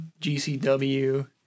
GCW